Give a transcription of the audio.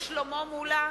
שלמה מולה,